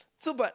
so but